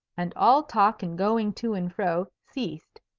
and all talk and going to and fro ceased.